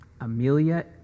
Amelia